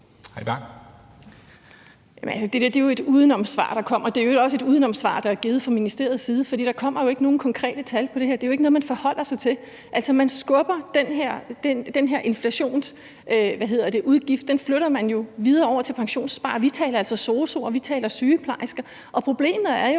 det er jo et udenomssvar, der kommer. Det er i øvrigt også et udenomssvar, der er givet fra ministeriets side, for der kommer ikke nogen konkrete tal på det her; det er jo ikke noget, man forholder sig til. Altså, man skubber den her inflationsudgift, man flytter den jo videre over til pensionsopsparerne – vi taler altså sosu'er, vi taler sygeplejersker – og problemet er jo,